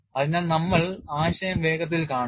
അതിനാൽ നമ്മൾ ആശയം വേഗത്തിൽ കാണാം